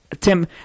Tim